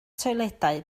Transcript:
toiledau